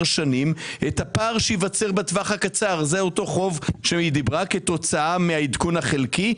שנים את הפער שייווצר בטווח הקצר כתוצאה מהעדכון החלקי,